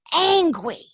angry